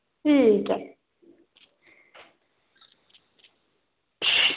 ठीक ऐ